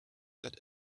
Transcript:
that